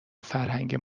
فرهنگ